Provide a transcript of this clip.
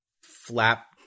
flap